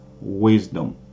wisdom